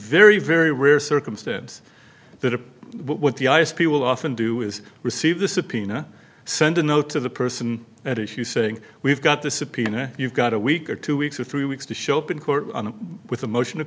very very rare circumstance that a what the ice people often do is receive the subpoena send a note to the person at issue saying we've got the subpoena you've got a week or two weeks or three weeks to show up in court with a motion